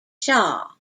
shaw